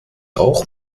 auch